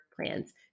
plans